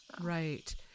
Right